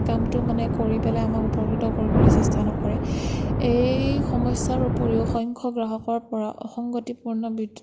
কামতো মানে কৰি পেলাই আমাক উপকৃত কৰিবলৈ চেষ্টা নকৰে এই সমস্য়াৰ উপৰিও অসংখ্য় গ্ৰাহকৰ পৰা অসংগতিপূৰ্ণ বিদ্য়ুৎ